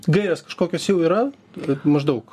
gairės kažkokios jau yra kad maždaug